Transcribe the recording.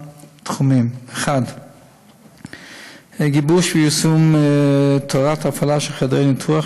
תחומים: 1. גיבוש ויישום של תורת הפעלה של חדרי ניתוח,